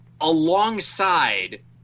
alongside